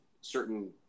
certain